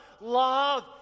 love